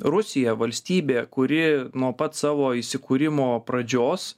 rusija valstybė kuri nuo pat savo įsikūrimo pradžios